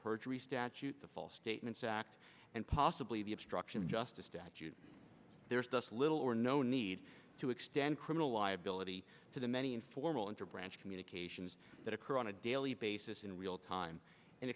perjury statute the false statements act and possibly the obstruction of justice dept you there's thus little or no need to extend criminal liability to the many informal and or branch communications that occur on a daily basis in real time and